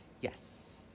Yes